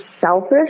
selfish